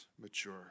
mature